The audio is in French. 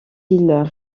ils